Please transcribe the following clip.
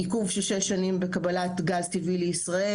עיכוב של 6 שנים בקבלת גז טבעי לישראל.